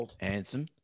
Handsome